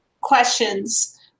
questions